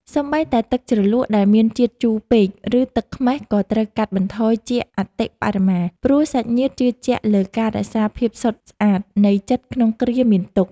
សូម្បីតែទឹកជ្រលក់ដែលមានជាតិជូរពេក ឬទឹកខ្មេះក៏ត្រូវកាត់បន្ថយជាអតិបរមា ព្រោះ សាច់ញាតិជឿជាក់លើការរក្សាភាពសុទ្ធស្អាតនៃចិត្តក្នុងគ្រាមានទុក្ខ។